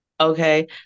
Okay